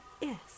Yes